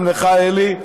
גם לך, אלי,